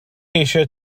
eisiau